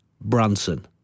Branson